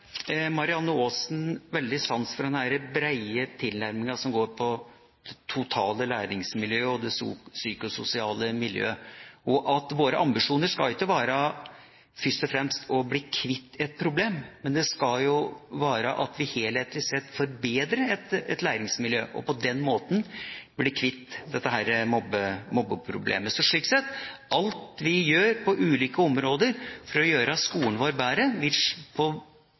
Marianne Aasen, veldig sans for den breie tilnærminga som går på det totale læringsmiljøet og det psykososiale miljøet. Våre ambisjoner skal ikke først og fremst være å bli kvitt et problem, men det skal være at vi helhetlig sett forbedrer et læringsmiljø og på den måten blir kvitt dette mobbeproblemet. Så alt vi gjør på ulike områder for å gjøre skolen vår bedre, vil på